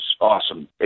awesome